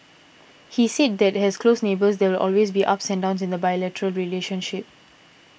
he said that as close neighbours there will always be ups and downs in the bilateral relationship